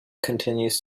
continues